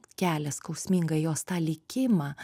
kelią skausmingą į jos tą likimą